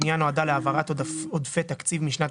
הפנייה נועדה להעברת עודפי תקציב משנת